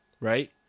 right